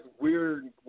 weird